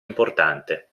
importante